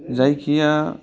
जायखिजाया